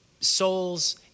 souls